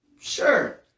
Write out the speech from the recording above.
Sure